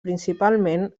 principalment